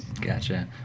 gotcha